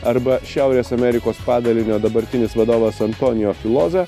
arba šiaurės amerikos padalinio dabartinis vadovas antonio filoza